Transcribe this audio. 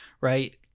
right